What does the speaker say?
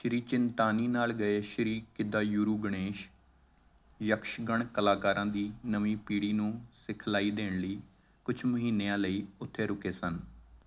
ਸ੍ਰੀ ਚਿੰਤਾਨੀ ਨਾਲ ਗਏ ਸ੍ਰੀ ਕਿਦਾਯੂਰੂ ਗਣੇਸ਼ ਯਕਸ਼ਗਣ ਕਲਾਕਾਰਾਂ ਦੀ ਨਵੀਂ ਪੀੜ੍ਹੀ ਨੂੰ ਸਿਖਲਾਈ ਦੇਣ ਲਈ ਕੁਛ ਮਹੀਨਿਆਂ ਲਈ ਉੱਥੇ ਰੁਕੇ ਸਨ